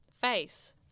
Face